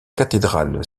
cathédrale